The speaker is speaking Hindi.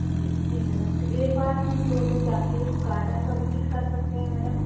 जी जी मैडम एक बार हम दोनों जाकर गार्डन का विजिट कर सकते हैं मैडम